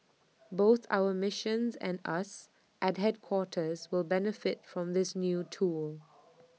both our missions and us at headquarters will benefit from this new tool